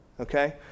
Okay